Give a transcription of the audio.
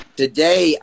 Today